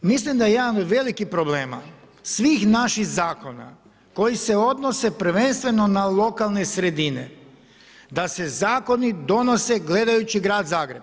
Mislim da jedan od velikih problema svih naših zakona koji se odnose prvenstveno na lokalne sredine da se zakoni donose gledajući Grad Zagreb.